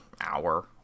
hour